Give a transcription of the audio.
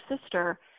sister